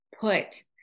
put